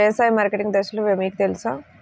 వ్యవసాయ మార్కెటింగ్ దశలు మీకు తెలుసా?